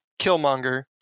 Killmonger